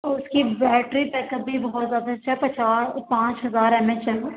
اُس کی battery backup بھی بہت زیادہ اچھا ہے پچاس پانچ ہزار ایم اے ایچ ہے وہ